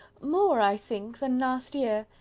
more, i think, than last year.